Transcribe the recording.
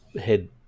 head